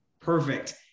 Perfect